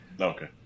Okay